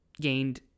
gained